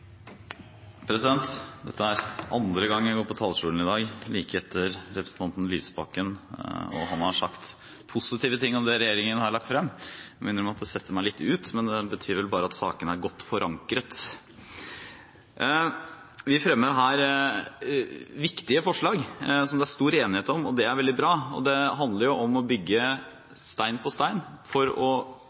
gradsbetegnelse. Dette er andre gang jeg går på talerstolen i dag like etter representanten Lysbakken og han har sagt positive ting om det regjeringen har lagt frem. Jeg må innrømme at det setter meg litt ut, men det betyr vel bare at sakene er godt forankret. Vi fremmer her viktige forslag som det er stor enighet om, og det er veldig bra. Det handler om å bygge stein på stein for å